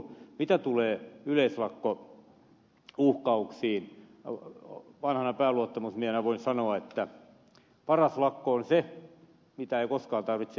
mitä tulee yleislakkouhkauksiin vanhana pääluottamusmiehenä voin sanoa että paras lakko on se mitä ei koskaan tarvitse aloittaa